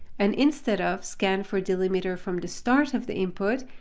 and instead of scan for delimiter from the start of the input,